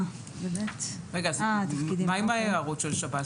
מה עם ההערות של שב"ס?